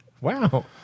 Wow